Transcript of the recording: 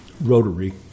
Rotary